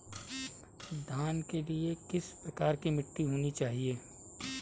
धान के लिए किस प्रकार की मिट्टी होनी चाहिए?